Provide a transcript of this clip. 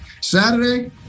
Saturday